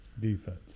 Defense